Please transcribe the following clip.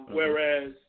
whereas